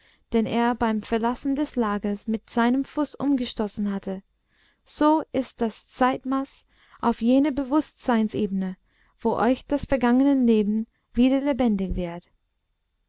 den er beim verlassen des lagers mit seinem fuß umgestoßen hatte so ist das zeitmaß auf jener bewußtseinsebene wo euch das vergangene leben wieder lebendig wird